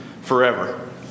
forever